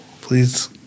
please